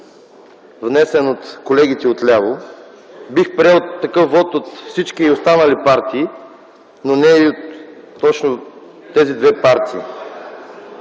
внесен от колегите отляво. Бих приел такъв вот от всички останали партии, но не точно от тези две партии.